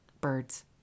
birds